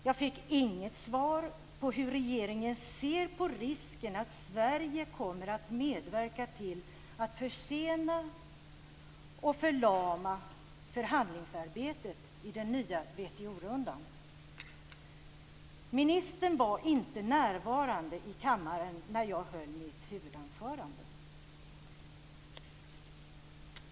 Jag fick inget svar på hur regeringen ser på risken att Sverige kommer att medverka till att försena och förlama förhandlingsarbetet i den nya WTO-rundan. Ministern var inte närvarande i kammaren när jag höll mitt huvudanförande.